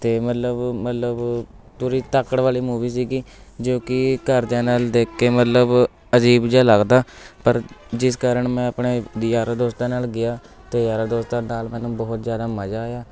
ਅਤੇ ਮਤਲਬ ਮਤਲਬ ਪੂਰੀ ਧਾਕੜ ਵਾਲੀ ਮੂਵੀ ਸੀਗੀ ਜੋ ਕਿ ਘਰਦਿਆਂ ਨਾਲ ਦੇਖ ਕੇ ਮਤਲਬ ਅਜੀਬ ਜਿਹਾ ਲੱਗਦਾ ਪਰ ਜਿਸ ਕਾਰਨ ਮੈਂ ਆਪਣੇ ਯਾਰਾਂ ਦੋਸਤਾਂ ਨਾਲ ਗਿਆ ਅਤੇ ਯਾਰਾਂ ਦੋਸਤਾਂ ਨਾਲ ਮੈਨੂੰ ਬਹੁਤ ਜ਼ਿਆਦਾ ਮਜ਼ਾ ਆਇਆ